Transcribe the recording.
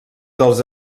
dels